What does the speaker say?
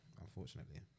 Unfortunately